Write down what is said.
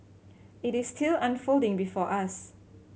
it is still unfolding before us